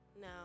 no